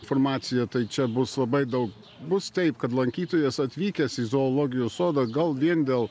informaciją tai čia bus labai daug bus taip kad lankytojas atvykęs į zoologijos sodą gal vien dėl